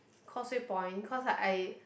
Causeway Point cause I I